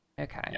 Okay